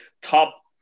top